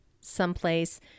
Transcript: someplace